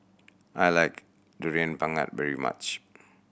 I like Durian Pengat very much